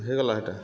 ହେଇଗଲା ଇଟା